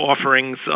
offerings